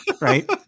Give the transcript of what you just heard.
right